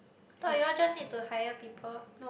I thought you all just need to hire people